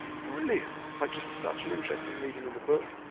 brilliant, like just such an interesting reading in the book.